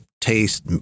taste